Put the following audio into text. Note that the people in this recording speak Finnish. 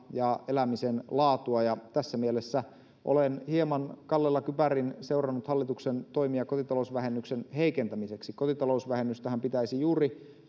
ja elämisen laatua tässä mielessä olen hieman kallella kypärin seurannut hallituksen toimia kotitalousvähennyksen heikentämiseksi kotitalousvähennystähän pitäisi juuri